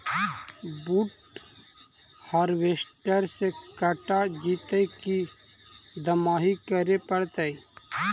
बुट हारबेसटर से कटा जितै कि दमाहि करे पडतै?